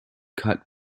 cut